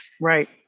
Right